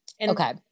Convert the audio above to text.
Okay